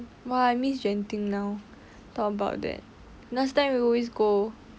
!wah! I miss genting now talk about that last time we always go because